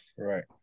Right